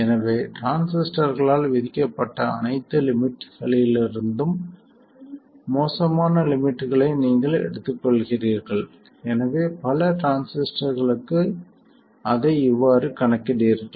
எனவே டிரான்சிஸ்டர்களால் விதிக்கப்பட்ட அனைத்து லிமிட்களிலிருந்தும் மோசமான லிமிட்களை நீங்கள் எடுத்துக்கொள்கிறீர்கள் எனவே பல டிரான்சிஸ்டர்களுக்கு அதை இவ்வாறு கணக்கிடுகிறீர்கள்